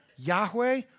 Yahweh